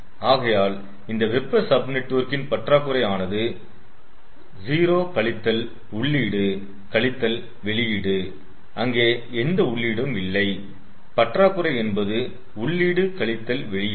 ஆகையால் இந்த வெப்ப சப் நெட்வொர்க்கின் பற்றாக்குறை ஆனது 0 கழித்தல் உள்ளீடு கழித்தல் வெளியீடு அங்கே எந்த உள்ளிடும் இல்லை பற்றாக்குறை என்பது உள்ளீடு கழித்தல் வெளியீடு